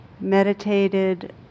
meditated